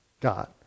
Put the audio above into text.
God